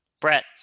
Brett